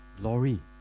glory